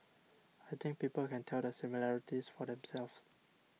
I think people can tell the similarities for themselves